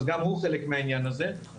אז גם הוא חלק מהעניין הזה.